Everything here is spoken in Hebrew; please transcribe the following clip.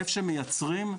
איפה שמייצרים,